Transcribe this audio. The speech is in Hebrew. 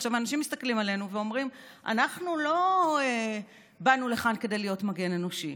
אנשים מסתכלים עלינו ואומרים: אנחנו לא באנו לכאן כדי להיות מגן אנושי.